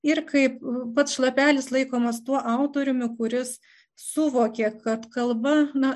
ir kaip pats šlapelis laikomas tuo autoriumi kuris suvokė kad kalba na